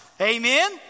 amen